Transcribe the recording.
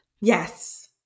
Yes